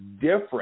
different